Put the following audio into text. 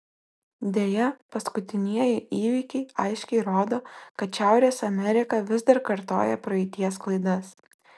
deja paskutinieji įvykiai aiškiai rodo kad šiaurės amerika vis dar kartoja praeities klaidas